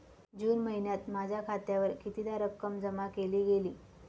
जून महिन्यात माझ्या खात्यावर कितीदा रक्कम जमा केली गेली?